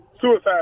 suicide